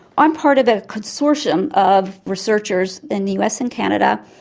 i'm part of a consortium of researchers in the us and canada,